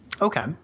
Okay